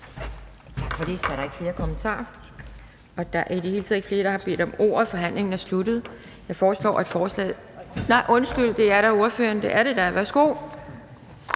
Tak for det. Så er der ikke flere kommentarer, og der er i det hele taget ikke flere, der har bedt om ordet, så forhandlingen er sluttet ... Nej, undskyld, det er da ordføreren for